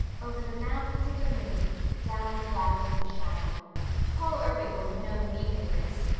over the mountains of the moon, down the valley of the shadow paul irving would have known the meaning of this,